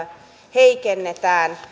heikennetään